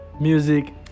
music